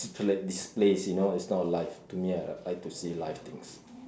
just like displays you know it's not life to me I like to see live things